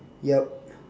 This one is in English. yup